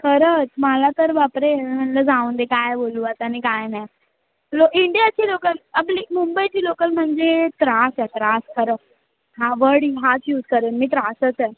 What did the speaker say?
खरंच मला तर बाप रे मी म्हटलं जाऊ दे काय बोलू आता आणि काय नाही लो इंडियाची लोकल आपली मुंबईची लोकल म्हणजे त्रास आहे त्रास खरंच हां वर्ड मी हाच यूज करेन मी त्रासच आहे